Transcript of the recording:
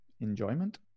enjoyment